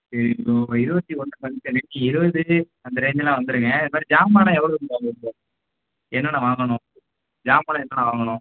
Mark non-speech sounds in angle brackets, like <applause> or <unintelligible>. சரி ப்ரோ இருபத்தி ஒன்று ஃபங்க்ஷன் <unintelligible> இருபது தேதி அந்த ரேஞ்சில் வந்துடுங்க இது மாதிரி ஜாமானம் எவ்வளோ <unintelligible> என்னென்ன வாங்கணும் ஜாமானம் என்னென்ன வாங்கணும்